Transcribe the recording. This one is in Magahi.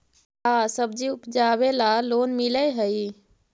का सब्जी उपजाबेला लोन मिलै हई?